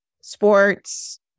sports